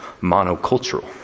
monocultural